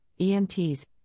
EMTs